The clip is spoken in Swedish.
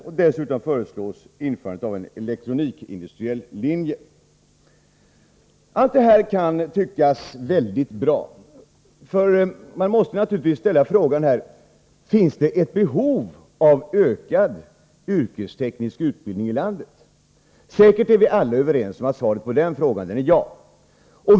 g = 2 SBC 3 4 Allt detta kan tyckas väldigt bra. Man måste här ställa frågan: Finns det ett behov av ökad yrkesteknisk utbildning i landet? Säkert är vi alla överens om att svaret på den frågan är ja.